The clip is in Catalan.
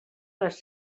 les